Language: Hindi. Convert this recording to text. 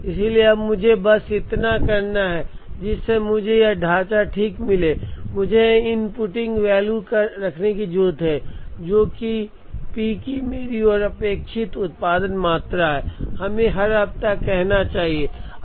इसलिए अब मुझे बस इतना करना है कि जिस समय मुझे यह ढांचा ठीक मिले मुझे यहां इनपुटिंग वैल्यूज रखने की जरूरत है जो कि पी की मेरी अपेक्षित उत्पादन मात्रा हैं हमें हर हफ्ते कहना चाहिए